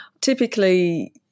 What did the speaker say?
Typically